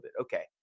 Okay